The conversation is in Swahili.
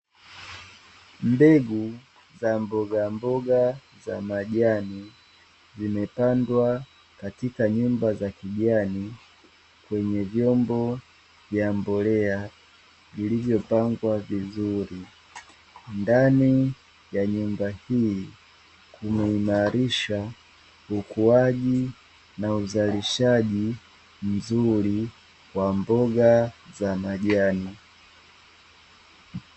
Mbegu za mbogamboga za majani zimepandwa katika nyumba za kijani kwenye vyombo vya mbolea vilivyopangwa vizuri. Ndani ya nyumba hii kumeimarisha ukuaji na uzalishaji mzuri wa mboga za majani.